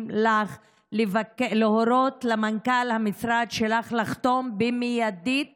לך להורות למנכ"ל המשרד שלך לחתום מיידית